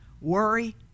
Worry